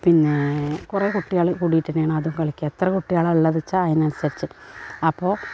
പിന്നേ കുറേ കുട്ടികൾ കൂടിയിട്ടു തന്നെയാണ് അതും കളിക്കുക എത്ര കുട്ടികളാണ് ഉള്ളത് വെച്ചാൽ അതിനനുസരിച്ച് അപ്പോൾ